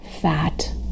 fat